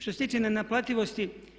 Što se tiče nenaplativosti.